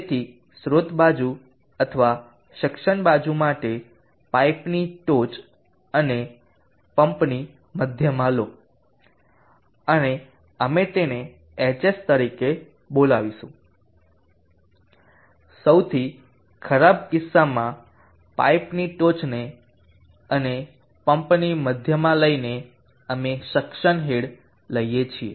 તેથી સ્રોત બાજુ અથવા સક્શન બાજુ માટે પાઇપની ટોચ અને પમ્પની મધ્યમાં લો અને અમે તેને hs તરીકે બોલાવીશું સૌથી ખરાબ કિસ્સામાં પાઇપની ટોચને અને પંપની મધ્યમાં લઇને અમે સકસન હેડ લઈએ છીએ